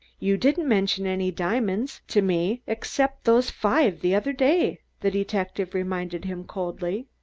you didn't mention any diamonds to me except those five the other day, the detective reminded him coldly.